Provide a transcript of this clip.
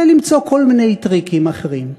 ולמצוא כל מיני טריקים אחרים.